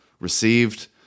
received